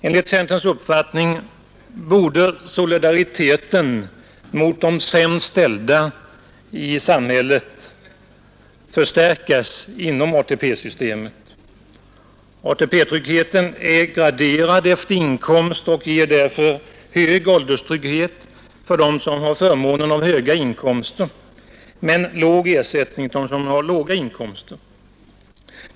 Enligt centerns uppfattning borde solidariteten med de sämst ställda i samhället förstärkas inom ATP-systemet. ATP-tryggheten är graderad efter inkomst och ger därför hög ålderstrygghet för dem som haft förmånen av höga inkomster men låg ersättning till dem som haft låga inkomster.